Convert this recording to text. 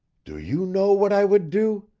do you know what i would do?